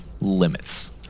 limits